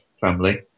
family